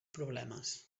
problemes